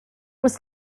was